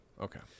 Okay